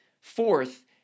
Fourth